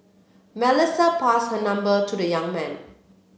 Melissa passed her number to the young man